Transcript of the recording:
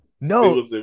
No